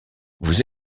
vous